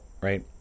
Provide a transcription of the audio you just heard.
right